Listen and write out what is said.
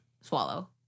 Swallow